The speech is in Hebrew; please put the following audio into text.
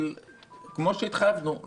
כמו שהתחייבנו,